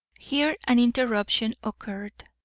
here an interruption occurred.